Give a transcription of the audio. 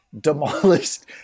demolished